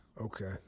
Okay